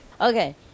Okay